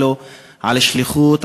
על השליחות,